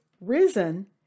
risen